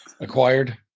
acquired